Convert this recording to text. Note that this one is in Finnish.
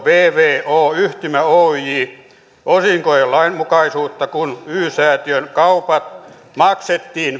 vvo yhtymä oyj osinkojen lainmukaisuutta kun y säätiön kaupat maksettiin